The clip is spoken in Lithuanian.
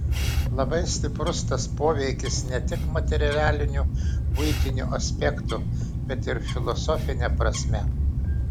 labai stiprus tas poveikis ne tik materialiniu buitiniu aspektu bet ir filosofine prasme